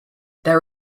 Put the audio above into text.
there